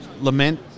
lament